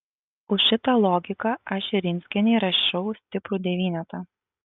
už šitą logiką aš širinskienei rašau stiprų devynetą